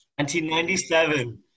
1997